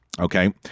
Okay